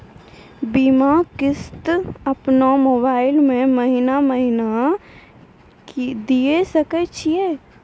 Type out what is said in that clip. बीमा किस्त अपनो मोबाइल से महीने महीने दिए सकय छियै?